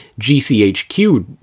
GCHQ